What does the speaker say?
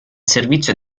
servizio